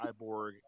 cyborg